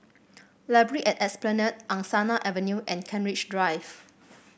library at Esplanade Angsana Avenue and Kent Ridge Drive